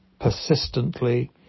persistently